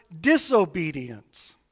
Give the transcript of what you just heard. disobedience